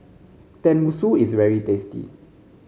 Tenmusu is very tasty